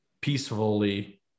peacefully